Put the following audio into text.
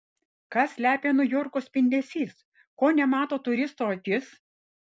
ką slepia niujorko spindesys ko nemato turisto akis